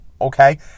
okay